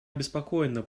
обеспокоена